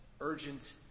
urgent